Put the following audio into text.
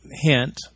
hint